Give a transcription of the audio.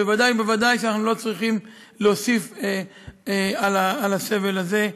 בוודאי ובוודאי שאנחנו לא צריכים להוסיף על הסבל הזה.